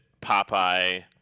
Popeye